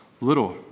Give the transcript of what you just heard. little